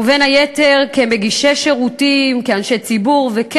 ובין היתר כמגישי שירותים, כאנשי ציבור, וכן,